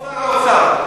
שר האוצר.